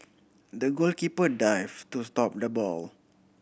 the goalkeeper dived to stop the ball